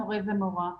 מורה ומורה.